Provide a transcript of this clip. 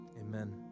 Amen